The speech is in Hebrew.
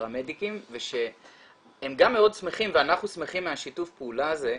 הפרמדיקים והם גם מאוד שמחים ואנחנו שמחים מהשיתוף פעולה הזה,